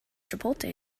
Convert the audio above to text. chipotle